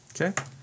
Okay